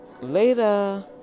Later